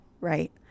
right